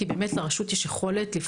כי לרשות יש יכולת לפעול בהיקפים גדולים.